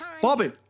Bobby